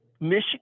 Michigan